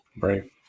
Right